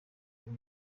uru